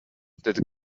that